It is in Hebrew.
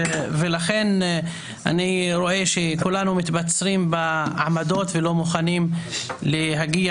לכן אני רואה שכולנו מתבצרים בעמדות ולא מוכנים להגיע